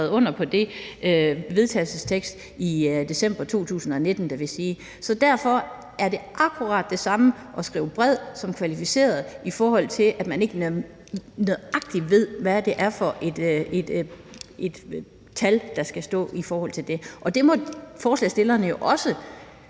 under på den vedtagelsestekst i december 2019 vil sige. Så derfor er det akkurat det samme at skrive bred som kvalificeret, i forhold til at man ikke nøjagtig ved, hvad det er for et tal, der skal stå i forhold til det, og det må forslagsstillerne jo også